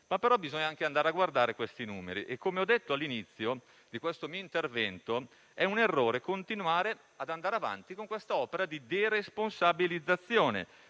Tuttavia bisogna anche andare a guardare questi numeri e, come ho detto all'inizio di questo intervento, è un errore continuare ad andare avanti con quest'opera di deresponsabilizzazione,